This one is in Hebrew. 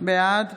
בעד